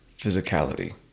physicality